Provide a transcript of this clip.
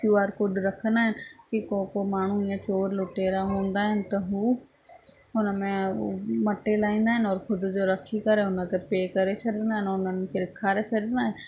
QR code रखंदा आहिनि की को को को माण्हू ईअं चोर लुटेरा हूंदा आहिनि त उहे हुन में उहे मटे लाहींदा आहिनि औरि ख़ुदि जो रखी करे हुन खे पे करे छॾींदा आहिनि औरि हुनन खे ॾेखारे छॾींदा आहिनि